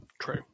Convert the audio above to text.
true